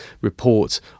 report